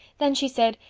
then she said,